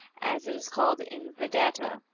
as it is called in vedanta.